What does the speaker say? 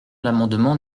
l’amendement